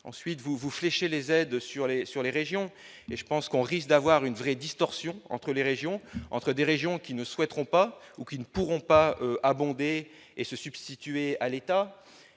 ensuite vous vous flécher les aides sur les sur les régions, mais je pense qu'on risque d'avoir une vraie distorsion entre les régions entre des régions qui ne souhaiteront pas ou qui ne pourront pas abonder et se substituer à l'État